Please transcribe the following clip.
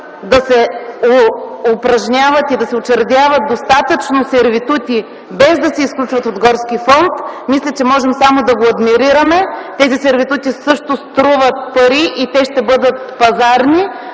да се упражняват и да се учредяват достатъчно сервитути, без да се изключват от горския фонд, мисля, че можем само да адмирираме. Тези сервитути също струват пари и те ще бъдат пазарни